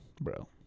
bro